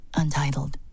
untitled